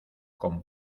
con